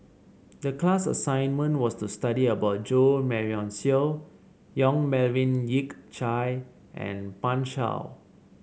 the class assignment was to study about Jo Marion Seow Yong Melvin Yik Chye and Pan Shou